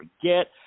forget